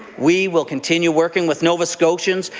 we will continue working with nova scotians,